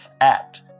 act